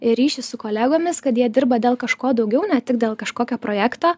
ryšį su kolegomis kad jie dirba dėl kažko daugiau ne tik dėl kažkokio projekto